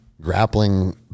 grappling